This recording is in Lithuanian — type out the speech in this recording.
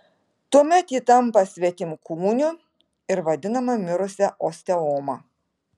tuomet ji tampa svetimkūniu ir vadinama mirusia osteoma